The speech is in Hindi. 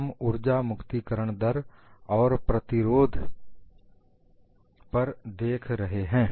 हम उर्जा मुक्तिकरण दर और प्रतिरोध पर देख रहे हैं